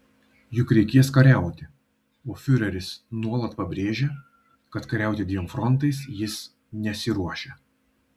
juk reikės kariauti o fiureris nuolat pabrėžia kad kariauti dviem frontais jis nesiruošia